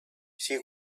she